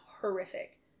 horrific